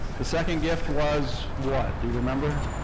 the second gift was what, do you remember?